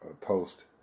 post